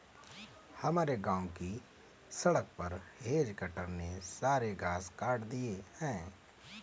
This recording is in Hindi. हमारे गांव की सड़क पर हेज कटर ने सारे घास काट दिए हैं